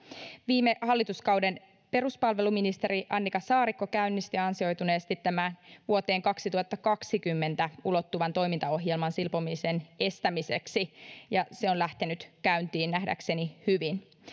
viime hallituskauden peruspalveluministeri annika saarikko käynnisti ansioituneesti tämän vuoteen kaksituhattakaksikymmentä ulottuvan toimintaohjelman silpomisen estämiseksi ja se on lähtenyt käyntiin nähdäkseni hyvin